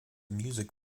music